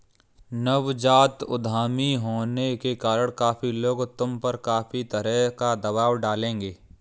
नवजात उद्यमी होने के कारण काफी लोग तुम पर काफी तरह का दबाव डालेंगे